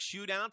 Shootout